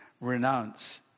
Renounce